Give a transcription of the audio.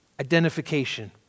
identification